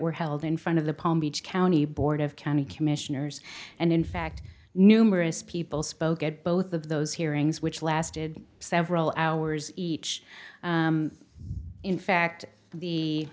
were held in front of the palm beach county board of county commissioners and in fact numerous people spoke at both of those hearings which lasted several hours each in fact the